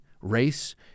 race